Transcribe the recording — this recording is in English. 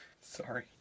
Sorry